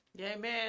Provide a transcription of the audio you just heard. Amen